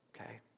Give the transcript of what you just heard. okay